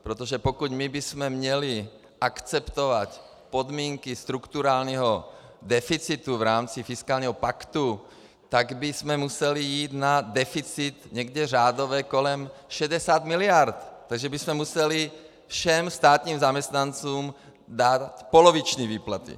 Protože pokud bychom měli akceptovat podmínky strukturálního deficitu v rámci fiskálního paktu, tak bychom museli jít na deficit někde řádově kolem 60 miliard, takže bychom museli všem státním zaměstnancům dát poloviční výplaty.